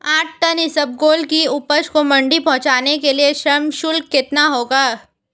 आठ टन इसबगोल की उपज को मंडी पहुंचाने के लिए श्रम शुल्क कितना होगा?